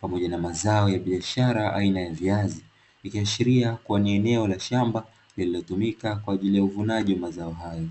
pamoja na mazao ya biashara aina ya viazi ikiashiria kuwa ni eneo la shamba lililotumika kwa ajili ya uvunaji wa mazao hayo.